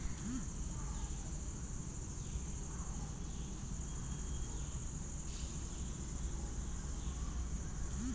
ಜೇನುಹುಳು ಮತ್ತುಬಂಬಲ್ಬೀಲಾರ್ವಾವು ಪ್ಯೂಪೇಟ್ ಮಾಡೋ ಮೇಣದಕೋಶನ ಬಲಪಡಿಸಲು ರೇಷ್ಮೆ ಉತ್ಪಾದಿಸ್ತವೆ